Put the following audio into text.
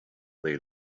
they